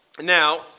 Now